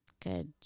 Good